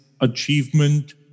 achievement